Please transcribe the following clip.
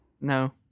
No